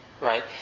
right